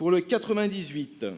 L'amendement